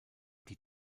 die